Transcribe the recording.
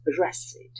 arrested